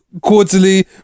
quarterly